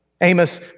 Amos